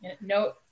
No